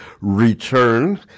return